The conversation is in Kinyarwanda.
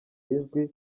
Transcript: ijwi